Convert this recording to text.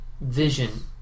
vision